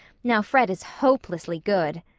now, fred is hopelessly good.